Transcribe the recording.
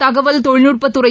தகவல் தொழில்நுட்பத்துறை